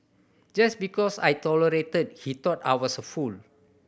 just because I tolerated he thought I was a fool